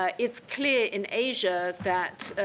ah it's clear in asia that,